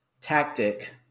tactic